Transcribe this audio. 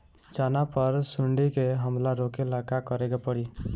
चना पर सुंडी के हमला रोके ला का करे के परी?